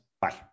Bye